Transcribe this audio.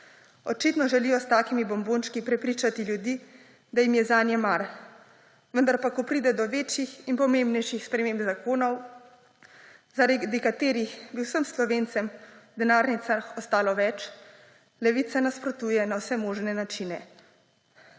Očitno želijo s takimi bombončki prepričati ljudi, da jim je zanje mar, vendar pa, ko pride do večjih in pomembnejših sprememb zakonov, zaradi katerih bi vsem Slovencem v denarnicah ostalo več, Levica nasprotuje na vse močne načine.